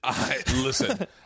Listen